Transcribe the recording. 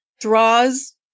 draws